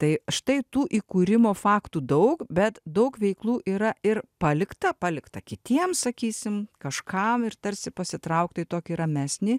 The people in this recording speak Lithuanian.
tai štai tų įkūrimo faktų daug bet daug veiklų yra ir palikta palikta kitiem sakysim kažkam ir tarsi pasitraukta į tokį ramesnį